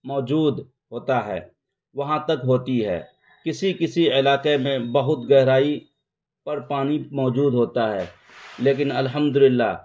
موجود ہوتا ہے وہاں تک ہوتی ہے کسی کسی علاقے میں بہت گہرائی پر پانی موجود ہوتا ہے لیکن الحمد للہ